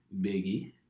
Biggie